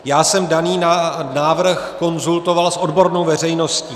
Já jsem daný návrh konzultoval s odbornou veřejností.